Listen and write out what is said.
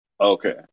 Okay